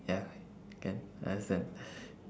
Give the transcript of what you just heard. ya can I understand